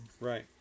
Right